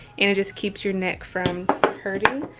and it just keeps your neck from hurting.